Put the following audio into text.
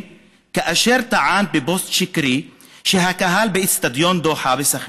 כאשר טען בפוסט שקרי שהקהל באצטדיון דוחא בסח'נין